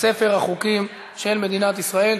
לספר החוקים של מדינת ישראל.